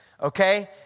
okay